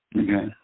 Okay